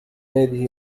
هذه